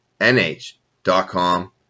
n-h.com